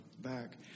back